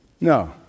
No